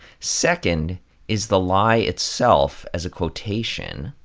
second is the lie itself as a quotation.